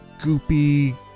goopy